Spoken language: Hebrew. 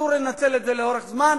אסור לנצל את זה לאורך זמן.